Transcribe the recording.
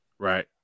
Right